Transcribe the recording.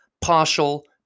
partial